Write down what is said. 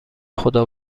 خدا